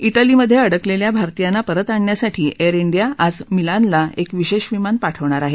Italy मध्ये अडकलेल्या भारतीयांना परत आणण्यासाठी एअर इंडिया आज मिलानला एक विशेष विमान पाठवणार आहे